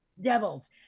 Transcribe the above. Devils